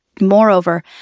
Moreover